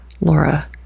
Laura